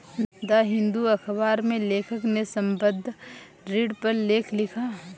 the Hindu अखबार में लेखक ने संबंद्ध ऋण पर लेख लिखा